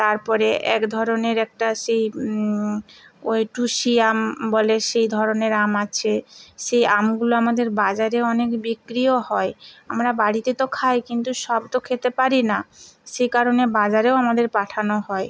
তার পরে এক ধরনের একটা সেই ওই টুসি আম বলে সেই ধরনের আম আছে সেই আমগুলো আমাদের বাজারে অনেক বিক্রিও হয় আমরা বাড়িতে তো খাই কিন্তু সব তো খেতে পারি না সে কারণে বাজারেও আমাদের পাঠানো হয়